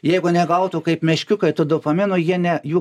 jeigu negautų kaip meškiukai to dopamino jie ne jų